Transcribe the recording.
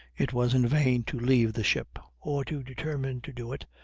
it was in vain to leave the ship, or to determine to do it,